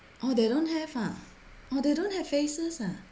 oh they don't have ah oh they don't have phases ah